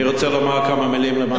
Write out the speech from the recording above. אני רוצה לומר כמה מלים למר מאיר שטרית.